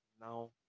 now